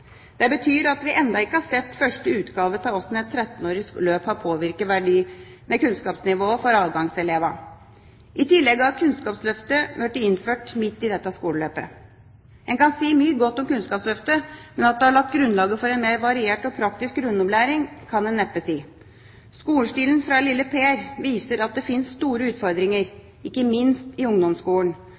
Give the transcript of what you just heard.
Det betyr at vi ennå ikke har sett første utgave av hvordan et 13-årig løp har påvirket kunnskapsnivået for avgangselevene. I tillegg har Kunnskapsløftet blitt innført midt i dette skoleløpet. En kan si mye godt om Kunnskapsløftet, men at det har lagt grunnlaget for en mer variert og praktisk grunnopplæring, kan en neppe si. Skolestilen fra lille Per viser at det finnes store utfordringer – ikke minst i ungdomsskolen.